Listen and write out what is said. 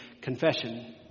confession